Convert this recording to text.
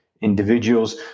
individuals